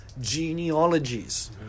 genealogies